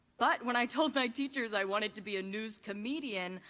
but when i told my teachers i wanted to be a news comedian,